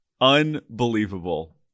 Unbelievable